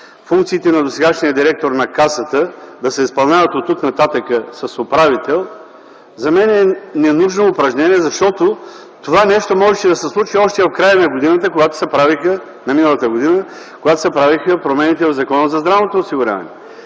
функциите на досегашния директор на Касата, оттук нататък да се изпълняват от управител, за мен е ненужно упражнение, защото това нещо можеше да се случи още в края на миналата година, когато се правеха промените в Закона за здравното осигуряване.